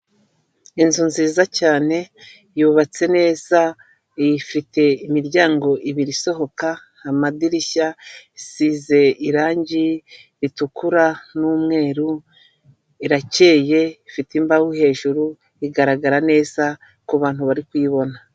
Inzu nziza cyane yubatse neza ifite imiryango ibiri isohoka amadirishya asize irangi ritukura n'umweru, irakeye, ifite imbaho hejuru, igaragara neza kubantu bari kuyibona.